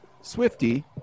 Swifty